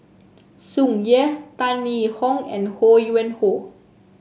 Tsung Yeh Tan Yee Hong and Ho Yuen Hoe